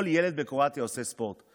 כל ילד בקרואטיה עושה ספורט.